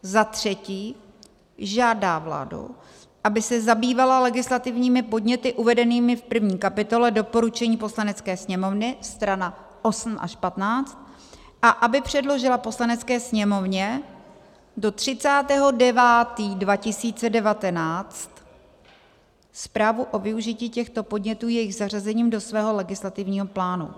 III. žádá vládu, aby se zabývala legislativními podněty uvedenými v první kapitole doporučení Poslanecké sněmovny, str. 8 až 15, a aby předložila Poslanecké sněmovně do 30. 9. 2019 zprávu o využití těchto podnětů jejich zařazením do svého legislativního plánu.